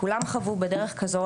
כולם חוו בדרך כזו,